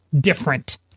different